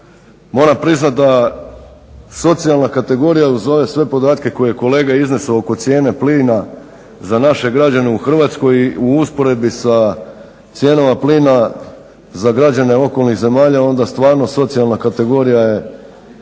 moram priznat da socijalna kategorija uz ove sve podatke koje je kolega iznesao oko cijene pline za naše građane u Hrvatskoj u usporedbi sa cijenama plina za građane okolnih zemalja, onda stvarno socijalna kategorija je